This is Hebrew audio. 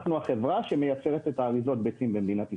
אנחנו החברה שמייצרת את אריזות הביצים במדינת ישראל.